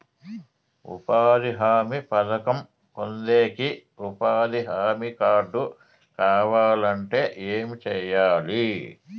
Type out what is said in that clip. ఉపాధి హామీ పథకం పొందేకి ఉపాధి హామీ కార్డు కావాలంటే ఏమి సెయ్యాలి?